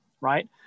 right